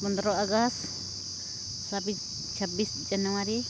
ᱯᱚᱱᱫᱨᱚ ᱟᱜᱚᱥᱴ ᱪᱷᱟᱵᱽᱵᱤᱥ ᱡᱟᱱᱩᱣᱟᱨᱤ